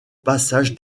passage